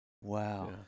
Wow